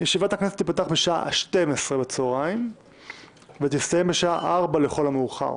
ישיבת הכנסת תיפתח בשעה 12 בצוהריים ותסתיים בשעה 16 לכל המאוחר.